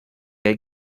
hay